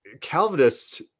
Calvinists